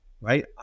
right